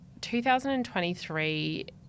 2023